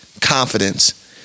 confidence